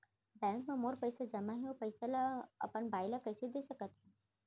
Bank म मोर पइसा जेमा हे, ओ पइसा ला अपन बाई ला कइसे दे सकत हव?